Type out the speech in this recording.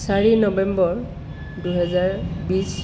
চাৰি নৱেম্বৰ দুইহেজাৰ বিশ